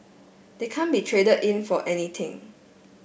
they can't be traded in for anything